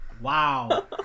Wow